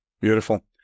Beautiful